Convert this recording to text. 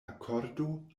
akordo